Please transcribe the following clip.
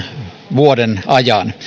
vuoden ajan